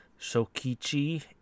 shokichi